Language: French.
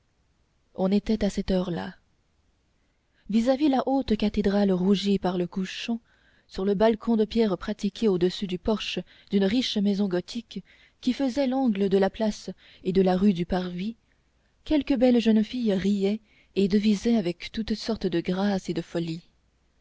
on était à cette heure-là vis-à-vis la haute cathédrale rougie par le couchant sur le balcon de pierre pratiqué au-dessus du porche d'une riche maison gothique qui faisait l'angle de la place et de la rue du parvis quelques belles jeunes filles riaient et devisaient avec toute sorte de grâce et de folie